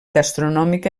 gastronòmica